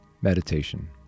meditation